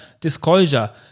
Disclosure